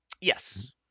Yes